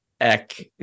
Eck